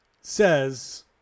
says